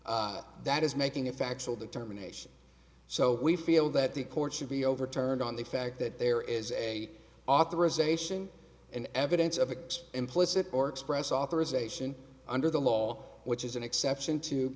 that is making a factual determination so we feel that the court should be overturned on the fact that there is a authorization an evidence of an implicit or express authorization under the law which is an exception to